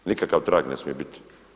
Nikakav trag ne smije biti.